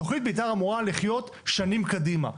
תכנית מתאר אמורה לחיות שנים קדימה,